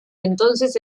entonces